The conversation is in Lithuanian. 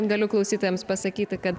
galiu klausytojams pasakyti kad